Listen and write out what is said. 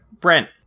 Brent